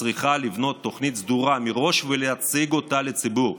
צריכה לבנות תוכנית סדורה מראש ולהציג אותה לציבור,